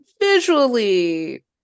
visually